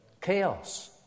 chaos